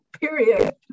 period